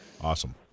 Awesome